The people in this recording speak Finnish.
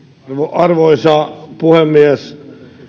arvoisa puhemies